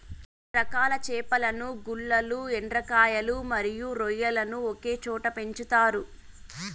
వివిధ రకాల చేపలను, గుల్లలు, ఎండ్రకాయలు మరియు రొయ్యలను ఒకే చోట పెంచుతారు